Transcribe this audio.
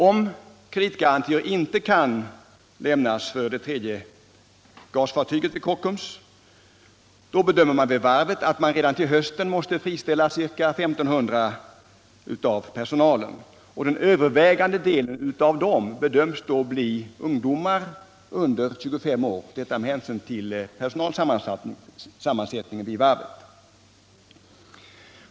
Om kreditgarantier inte kan lämnas för det tredje gasfartyget vid Kockums, bedömer man vid varvet att man redan till hösten måste friställa ca 1500 av personalen. Den övervägande delen bedöms med hänsyn till personalsammansättningen bli ungdomar under 25 år.